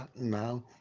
now